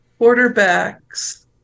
quarterbacks